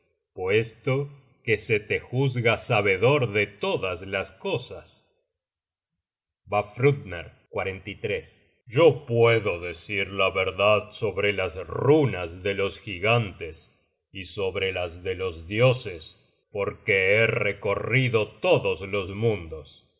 puesto que te se juzga sabedor de todas las cosas content from google book search generated at vafthrudner yo puedo decir la verdad sobre las runas de los gigantes y sobre las de los dioses porque he recorrido todos los mundos